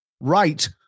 right